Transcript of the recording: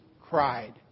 cried